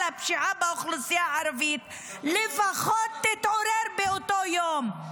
הפשיעה באוכלוסייה הערבית תתעורר באותו יום.